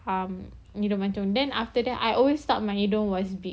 um hidung mancung then after that I always thought my hidung was big